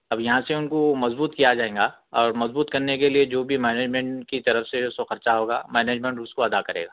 اب یہاں سے ان کو مضبوط کیا جائیں گا اور مضبوط کرنے کے لئے جو بھی منیجمینٹ کی طرف سے سو خرچہ ہوگا منیجمینٹ اس کو ادا کرے گا